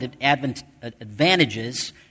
advantages